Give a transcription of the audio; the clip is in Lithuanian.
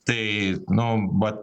tai nu va